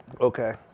Okay